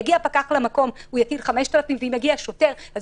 יגיע פקח למקום ויטיל קנס של 5,000 ש"ח ואם יגיע שוטר אז